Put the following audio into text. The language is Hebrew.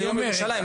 זה יום ירושלים,